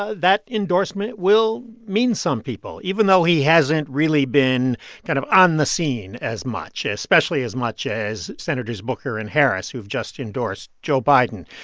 ah that endorsement will mean some people, even though he hasn't really been kind of on the scene as much, especially as much as senators booker and harris, who've just endorsed joe biden.